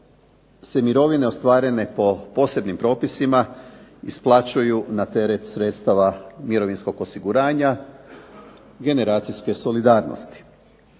se mirovine ostvarene po posebnim propisima isplaćuju na teret sredstava mirovinskog osiguranja generacijske solidarnosti.